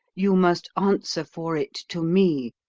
you must answer for it to me,